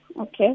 okay